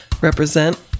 represent